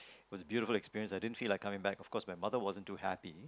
it was a beautiful experience I didn't feel like coming back of course my mother wasn't to happy